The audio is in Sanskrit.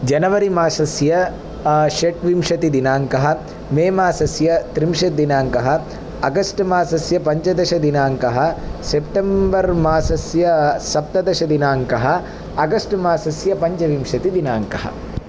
जनवरि मासस्य षट्विंशतिदिनाङ्कः मे मासस्य त्रिंशत् दिनाङ्कः अगस्ट् मासस्य पञ्चदशदिनाङ्कः सेप्टेम्बर् मासस्य सप्तदशदिनाङ्कः अगस्ट् मासस्य पञ्चविंशतिदिनाङ्कः